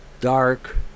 dark